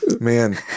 man